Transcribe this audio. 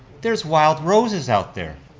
there's wild roses out there.